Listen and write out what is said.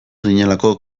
ginelako